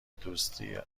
دوستایی